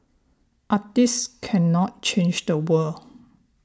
artists cannot change the world